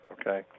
okay